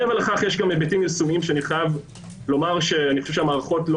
מעבר לכך יש היבטים שאני חושב שהמערכות לא